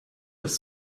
das